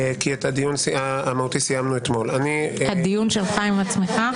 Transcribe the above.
כי את הדיון המהותי סיימנו אתמול --- הדיון שלך עם עצמך?